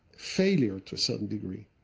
failure to some degree,